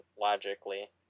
logically